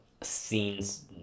scenes